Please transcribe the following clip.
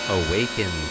awaken